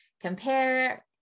compare